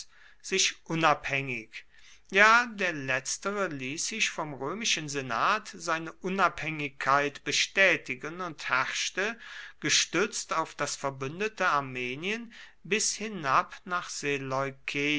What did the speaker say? sich unabhängig ja der letztere ließ sich vom römischen senat seine unabhängigkeit bestätigen und herrschte gestützt auf das verbündete armenien bis hinab nach